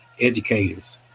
educators